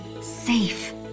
safe